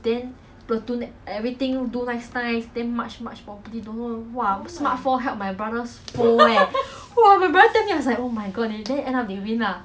polish when you are a fucking recruit [what] then he say his friends everyday polish 每天坐在他面前 damn wayang eh